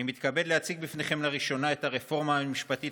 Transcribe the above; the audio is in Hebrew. אני מתכבד להציג בפניכם לראשונה את הרפורמה המשפטית